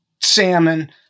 salmon